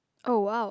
oh !wow!